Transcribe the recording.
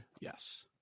yes